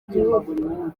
igihugu